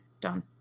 done